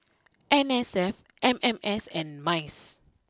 N S F M M S and Mice